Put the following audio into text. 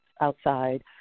outside